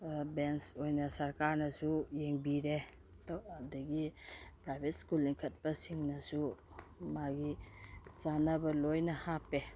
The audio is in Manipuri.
ꯕꯦꯟꯁ ꯑꯣꯏꯅ ꯁꯔꯀꯥꯔꯅꯁꯨ ꯌꯦꯡꯕꯤꯔꯦ ꯑꯗꯒꯤ ꯄ꯭ꯔꯥꯏꯕꯦꯠ ꯁ꯭ꯀꯨꯜ ꯂꯤꯡꯈꯠꯄꯁꯤꯡꯅꯁꯨ ꯃꯥꯒꯤ ꯆꯥꯟꯅꯕ ꯂꯣꯏꯅ ꯍꯥꯞꯄꯦ